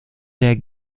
der